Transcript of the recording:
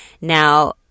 Now